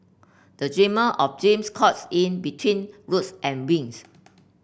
a dreamer of dreams caught in between roots and wings